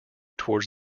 towards